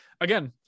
Again